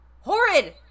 horrid